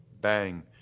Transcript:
Bang